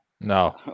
No